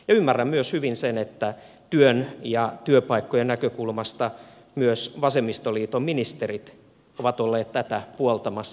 ymmärrän myös hyvin sen että työn ja työpaikkojen näkökulmasta myös vasemmistoliiton ministerit ovat olleet tätä puoltamassa